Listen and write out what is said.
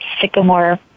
sycamore